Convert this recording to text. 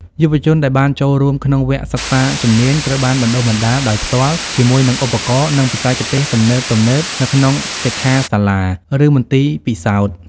យុវជនដែលបានចូលរួមក្នុងវគ្គសិក្សាជំនាញ ត្រូវបានបណ្តុះបណ្តាលដោយផ្ទាល់ជាមួយនឹងឧបករណ៍ និងបច្ចេកទេសទំនើបៗនៅក្នុងសិក្ខាសាលា ឬមន្ទីរពិសោធន៍។